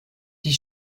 die